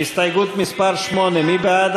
הסתייגות מס' 8, מי בעד